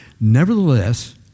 Nevertheless